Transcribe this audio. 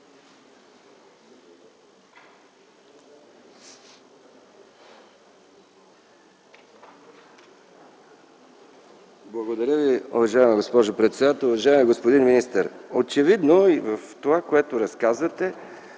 Благодаря Ви, уважаема госпожо председател. Уважаеми господин министър, очевидно от това, което разказвате